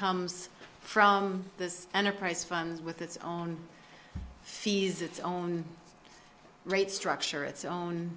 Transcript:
comes from the enterprise funds with its own fees its own rate structure its own